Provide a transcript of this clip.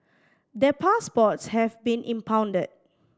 their passports have been impounded